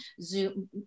Zoom